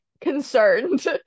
concerned